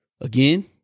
Again